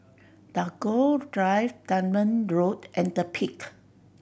Tagore Drive Dunman Road and The Peak